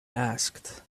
asked